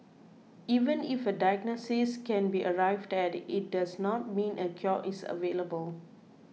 even if a diagnosis can be arrived at it does not mean a cure is available